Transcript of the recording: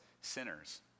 sinners